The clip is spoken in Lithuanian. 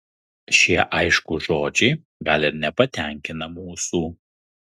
šie aiškūs žodžiai gal ir nepatenkina mūsų